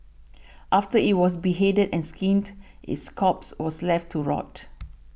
after it was beheaded and skinned its corpse was left to rot